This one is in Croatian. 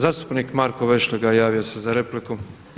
Zastupnik Marko Vešligaj javio se za repliku.